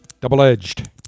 double-edged